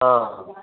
ହଁ